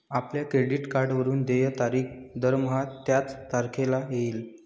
आपल्या क्रेडिट कार्डवरून देय तारीख दरमहा त्याच तारखेला येईल